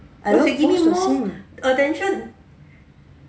I love both the same